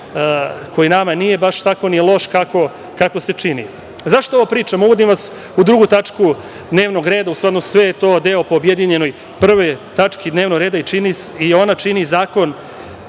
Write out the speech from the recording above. koji nama nije baš tako ni loš kako se čini.Zašto ovo pričam? Uvodim vas u 2. tačku dnevnog reda. U stvari je to deo po objedinjenoj 1. tački dnevnog reda i ona čini Zakon